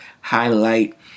highlight